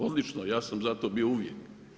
Odlično ja sam za to bio uvijek.